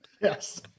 yes